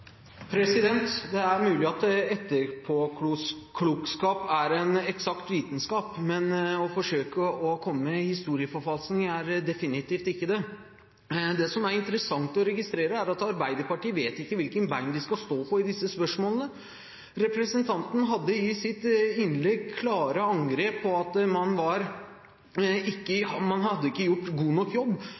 definitivt ikke det. Det som er interessant å registrere, er at Arbeiderpartiet ikke vet hvilket bein de skal stå på i disse spørsmålene. Representanten hadde i sitt innlegg klare angrep – man hadde ikke gjort god nok jobb,